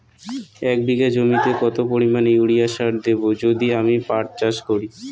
এক বিঘা জমিতে কত পরিমান ইউরিয়া সার দেব যদি আমি পাট চাষ করি?